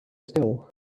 still